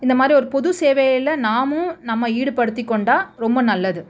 இந்தமாதிரி ஒரு புது சேவையில் நாமும் நம்ம ஈடுபடுத்தி கொண்டால் ரொம்ப நல்லது